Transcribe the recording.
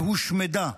והושמדה.